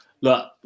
look